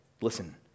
Listen